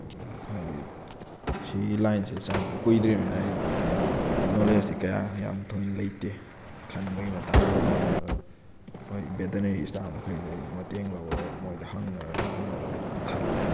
ꯍꯥꯏꯗꯤ ꯁꯤꯒꯤ ꯂꯥꯏꯟꯁꯤꯗ ꯆꯪꯂꯛꯄ ꯀꯨꯏꯗ꯭ꯔꯤꯕꯅꯤꯅ ꯑꯩ ꯅꯣꯂꯦꯖꯇꯤ ꯀꯌꯥ ꯌꯥꯝ ꯊꯣꯏꯅ ꯂꯩꯇꯦ ꯈꯟꯕꯩ ꯃꯇꯥꯡꯗꯨꯃ ꯑꯗꯣ ꯃꯣꯏ ꯕꯦꯇꯅꯔꯤ ꯏꯁꯇꯥꯐ ꯃꯈꯩꯗꯩ ꯃꯇꯦꯡ ꯂꯧꯔꯒ ꯃꯣꯏꯗ ꯍꯪꯅꯔ ꯇꯥꯟꯅꯔꯒ ꯈꯜꯂꯦ